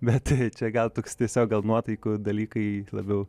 bet tai čia gal toks tiesiog gal nuotaikų dalykai labiau